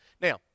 Now